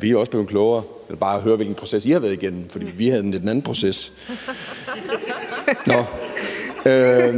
Vi er også blevet klogere; jeg ville bare høre, hvilken proces I havde været igennem, for vi havde en lidt anden proces. (Munterhed). Jeg